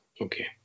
Okay